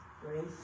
grace